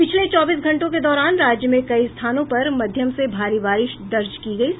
पिछले चौबीस घंटों के दौरान राज्य में कई स्थानों पर मध्यम से भारी बारिश दर्ज की गयी है